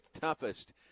toughest